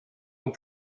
ans